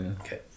Okay